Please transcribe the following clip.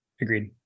Agreed